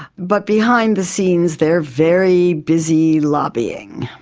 but behind the scenes they are very busy lobbying.